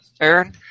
Aaron